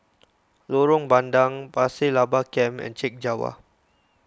Lorong Bandang Pasir Laba Camp and Chek Jawa